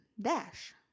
dash